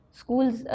schools